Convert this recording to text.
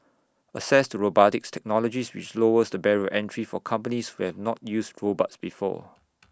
access to robotics technologies which lowers the barrier entry for companies who have not used robots before